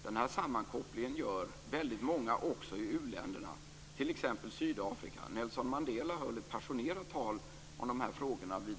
Denna sammankoppling gör väldigt många också i u-länderna, t.ex. i Sydafrika. Nelson Mandela höll ett passionerat tal om dessa frågor vid